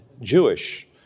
Jewish